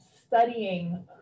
studying